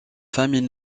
famille